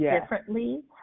differently